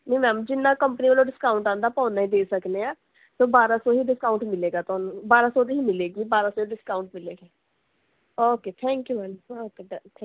ਨਹੀਂ ਮੈਮ ਜਿੰਨਾ ਕੰਪਨੀ ਵੱਲੋਂ ਡਿਸਕਾਊਂਟ ਆਉਂਦਾ ਆਪਾਂ ਓਨਾ ਹੀ ਦੇ ਸਕਦੇ ਹਾਂ ਮੈਮ ਬਾਰਾਂ ਸੌ ਹੀ ਡਿਸਕਾਊਂਟ ਮਿਲੇਗਾ ਤੁਹਾਨੂੰ ਬਾਰਾਂ ਸੌ ਦੀ ਹੀ ਮਿਲੇਗੀ ਬਾਰਾਂ ਸੌ ਡਿਸਕਾਊਂਟ ਮਿਲੇਗੀ okay thank you ma'am okay done ਥੈ